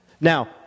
Now